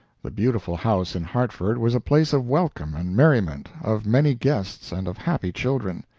the beautiful house in hartford was a place of welcome and merriment, of many guests and of happy children.